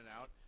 out